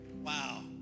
Wow